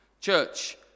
church